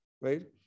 right